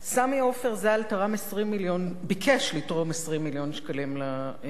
סמי עופר ז"ל ביקש לתרום 20 מיליון שקלים למוזיאון,